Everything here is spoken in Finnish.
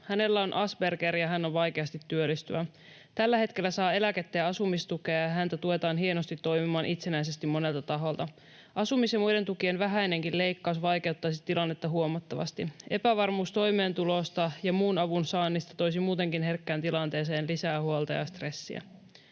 Hänellä on asperger ja hän on vaikeasti työllistyvä. Tällä hetkellä saa eläkettä ja asumistukea, ja häntä tuetaan hienosti toimimaan itsenäisesti monelta taholta. Asumis- ja muiden tukien vähäinenkin leikkaus vaikeuttaisi tilannetta huomattavasti. Epävarmuus toimeentulosta ja muun avun saannista toisi muutenkin herkkään tilanteeseen lisää huolta ja stressiä.”